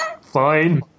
fine